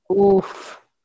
oof